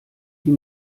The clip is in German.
die